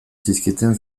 zizkieten